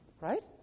Right